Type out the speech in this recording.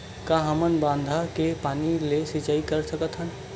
का हमन बांधा के पानी ले सिंचाई कर सकथन?